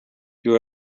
you